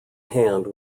hand